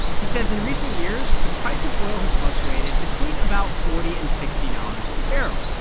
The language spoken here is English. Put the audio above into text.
he says in recent years, the price of oil has fluctuated between about forty and sixty dollars a barrel.